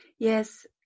Yes